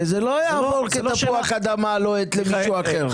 שזה לא יעבור כתפוח אדמה לוהט למישהו אחר.